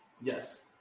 Yes